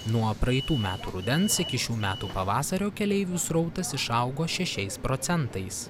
nuo praeitų metų rudens iki šių metų pavasario keleivių srautas išaugo šešiais procentais